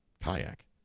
kayak